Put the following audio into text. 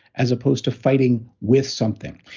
as opposed to fighting with something.